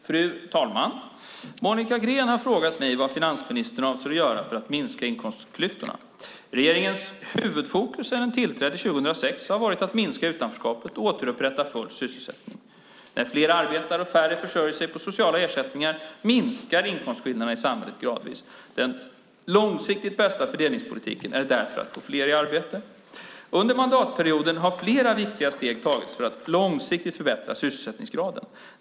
Fru talman! Monica Green har frågat mig vad finansministern avser att göra för att minska inkomstklyftorna. Regeringens huvudfokus har sedan den tillträde 2006 varit att minska utanförskapet och återupprätta full sysselsättning. När fler arbetar och färre försörjer sig på sociala ersättningar minskar inkomstskillnaderna i samhället gradvis. Den långsiktigt bästa fördelningspolitiken är därför att få fler i arbete. Under mandatperioden har flera viktiga steg tagits för att långsiktigt förbättra sysselsättningsgraden.